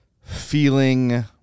feeling